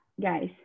guys